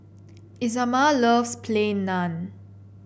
Isamar loves Plain Naan